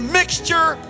mixture